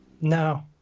No